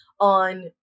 on